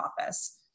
office